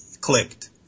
clicked